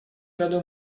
году